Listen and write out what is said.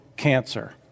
cancer